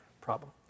problem